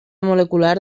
molecular